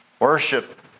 Worship